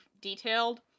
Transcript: detailed